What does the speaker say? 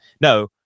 No